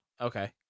Okay